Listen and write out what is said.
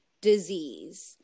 disease